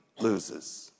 loses